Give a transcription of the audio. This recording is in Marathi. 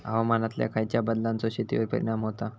हवामानातल्या खयच्या बदलांचो शेतीवर परिणाम होता?